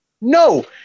no